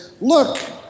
look